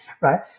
right